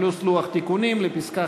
פלוס לוח תיקונים לפסקה